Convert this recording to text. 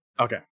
Okay